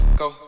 go